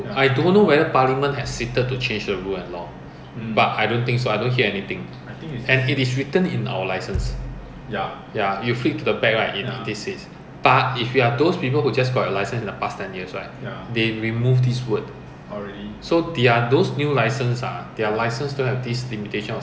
err and they are allowed to sell and they are registered as a S plate normal car lah so normal car driver can drive so that time in the motor show I ask them mm I show you my license my license say cannot sit I cannot drive a car that can carry more than seven passenger then they say no leh they don't have issue with it they say this one class three normal can drive